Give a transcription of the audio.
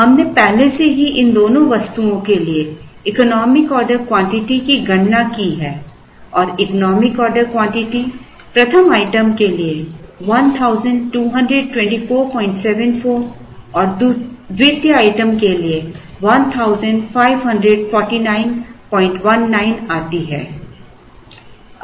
हमने पहले से ही इन दोनों वस्तुओं के लिए इकोनॉमिक ऑर्डर क्वांटिटी की गणना की है और इकोनॉमिक ऑर्डर क्वांटिटी प्रथम आइटम के लिए 122474 और द्वितीय आइटम के लिए 154919 आती है